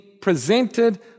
presented